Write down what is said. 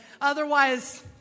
otherwise